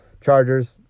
Chargers